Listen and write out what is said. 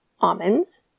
almonds